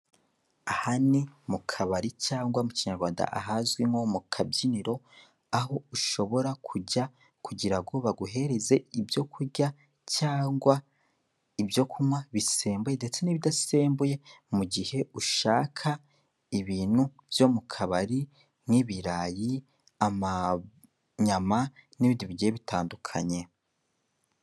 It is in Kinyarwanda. Aha ni mu kabari cyangwa mu Kinyarwanda ahazwi nko mu kabyiniro, aho ushobora kujya kugira ngo baguhereze ibyo kurya cyangwa ibyo kunywa bisembuye ndetse n'ibidasembuye, mu gihe ushaka ibintu byo mu kabari nk'ibirayi, amanyama n'ibindi bigiye bitandukanye.